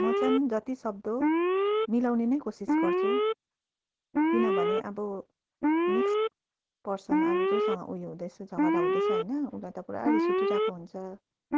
म चाहिँ जतिसक्दो मिलाउने नै कोसिस गर्छु किनभने अब मिस्क पर्सन अब जससँग उयो हुँदैछ झगडा हुँदैछ होइन उसलाई त पुरा रिस उठिरहेको हुन्छ